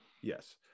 Yes